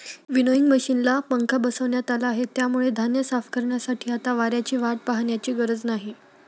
winnowing मशिनला पंखा बसवण्यात आला आहे, त्यामुळे धान्य साफ करण्यासाठी आता वाऱ्याची वाट पाहण्याची गरज नाही